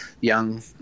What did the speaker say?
young